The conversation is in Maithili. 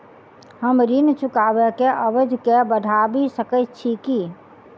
हम ऋण चुकाबै केँ अवधि केँ बढ़ाबी सकैत छी की?